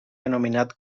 denominat